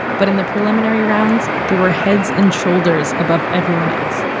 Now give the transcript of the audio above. but in the preliminary rounds they were heads and shoulders above everyone else.